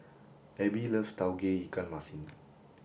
Abbey loves Tauge Ikan Masin